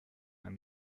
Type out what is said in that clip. and